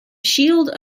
shield